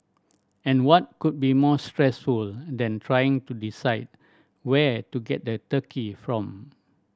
and what could be more stressful than trying to decide where to get the turkey from